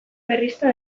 berrizta